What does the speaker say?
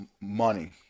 money